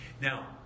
Now